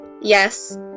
Yes